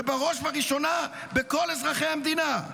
ובראש ובראשונה בכל אזרחי המדינה.